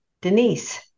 Denise